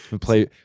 Play